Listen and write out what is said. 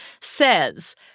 says